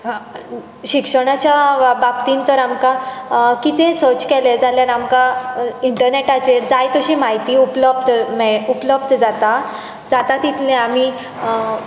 शिक्षणाच्या बा बाबतीन तर आमकां कितें सर्च केलें जाल्यार आमकां इण्टनॅटाचेर जाय तशी म्हायती उपलब्द मेळ उपलब्द जाता जाता तितलें आमी